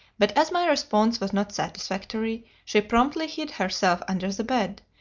but as my response was not satisfactory, she promptly hid herself under the bed,